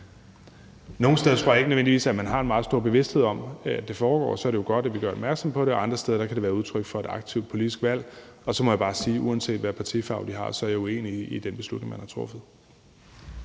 Nogle steder tror jeg ikke, at man nødvendigvis har en meget stor bevidsthed om, at det foregår, og så er det jo godt, at vi gør opmærksom på det, andre steder kan det være udtryk for et aktivt politisk valg. Og så må jeg bare sige, at uanset hvilken partifarve de har, er jeg uenig i den beslutning, man har truffet.